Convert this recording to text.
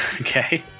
Okay